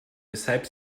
weshalb